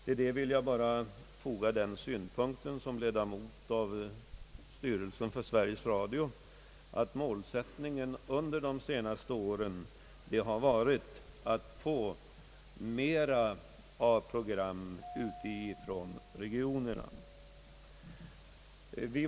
Till detta vill jag bara foga den synpunkten som ledamot av styrelsen för Sveriges Radio, att målsättningen under de senaste åren har varit att få mera av programmen från regionerna ute i landet.